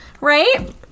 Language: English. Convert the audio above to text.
Right